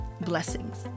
Blessings